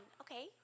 Okay